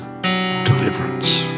Deliverance